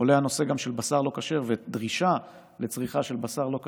עולה גם הנושא של בשר לא כשר ודרישה לצריכה של בשר לא כשר,